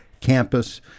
campus